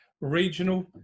Regional